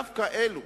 דווקא אלו